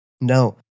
no